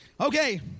Okay